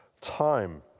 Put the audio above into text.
time